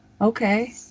Okay